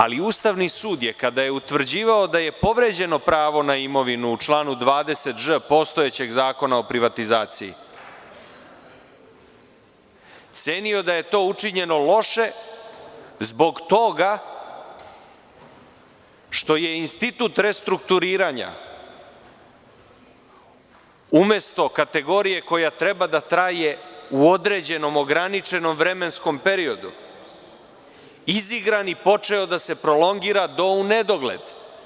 Ali, Ustavni sud je kada je utvrđivao da je povređeno pravo na imovinu u članu 20ž postojećeg Zakona o privatizaciji, cenio da je to učinjeno loše zbog toga što je institut restrukturiranja umesto kategorije koja treba da traje u određenom ograničenom vremenskom periodu, izigran i počeo da se prolongira do u nedogled.